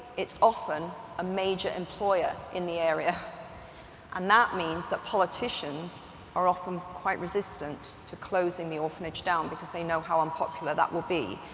it's often a major employer in the area and that means that politicians are often quite resistant to closing the orphanage down because they know how unpopular that will be,